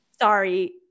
Sorry